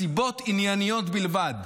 מסיבות ענייניות בלבד.